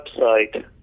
website